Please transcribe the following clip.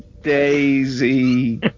Daisy